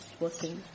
working